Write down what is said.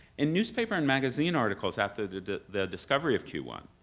in newspaper and magazine articles after the the discovery of q one,